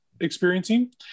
experiencing